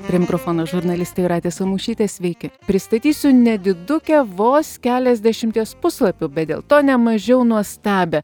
prie mikrofono žurnalistė jūratė samušytė sveiki pristatysiu nedidukę vos keliasdešimties puslapių bet dėl to ne mažiau nuostabią